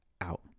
out